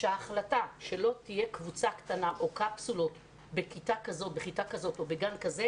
שההחלטה שלא תהיה קבוצה קטנה או קפסולות בכיתה כזאת או בגן כזה,